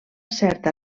certa